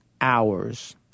hours